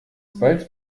bald